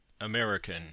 American